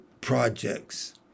projects